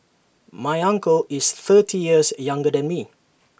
my uncle is thirty years younger than me